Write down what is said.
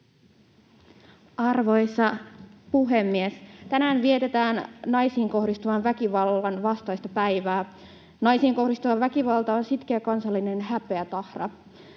Arvoisa puhemies! Tänään vietetään naisiin kohdistuvan väkivallan vastaista päivää. Naisiin kohdistuva väkivalta on sitkeä kansallinen häpeätahra.